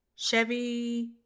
Chevy